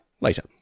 later